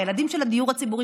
הילדים של הדיור הציבורי,